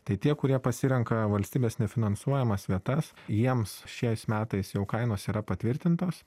tai tie kurie pasirenka valstybės nefinansuojamas vietas jiems šiais metais jau kainos yra patvirtintos